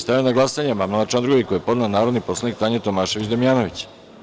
Stavljam na glasanje amandman na član 2. koji je podnela narodni poslanik Tanja Tomašević Damnjanović.